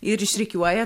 ir išrikiuoja